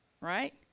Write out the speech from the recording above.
right